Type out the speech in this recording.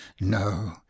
no